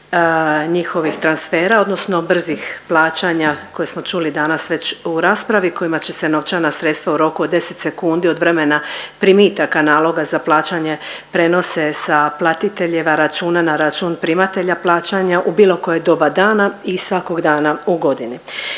njihovih transfera odnosno brzih plaćanja koje smo čuli danas već u raspravi kojima će se novčana sredstva u roku od 10 sekundi od vremena primitaka naloga za plaćanje prenose sa platiteljeva računa na račun primatelja plaćanja u bilo koje doba dana i svakog dana u godini.